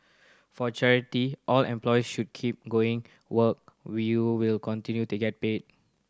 for charity all employees should keep going work will you will continue to get paid